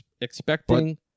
expecting